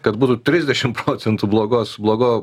kad būtų trisdešim procentų blogos blogo